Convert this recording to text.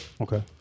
Okay